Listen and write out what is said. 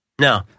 No